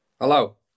Hello